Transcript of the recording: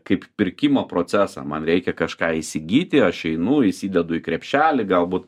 kaip pirkimo procesą man reikia kažką įsigyti aš einu įsidedu į krepšelį galbūt